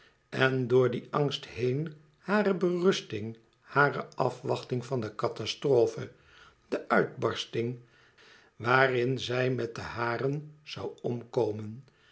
en door dien angst heen hare berusting hare afwachting van de catastrofe de uitbarsting waarin zij met de haren zoû omkomen